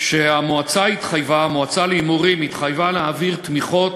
ושהמועצה להימורים התחייבה להעביר את תמיכות